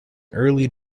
early